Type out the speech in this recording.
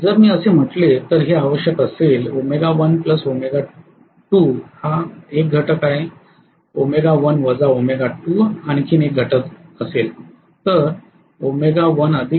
जर मी असे म्हटले तर हे आवश्यक असेल हा 1 घटक असेल आणखी एक घटक असेल